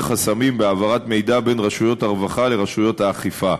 חסמים בהעברת מידע בין רשויות הרווחה לרשויות האכיפה.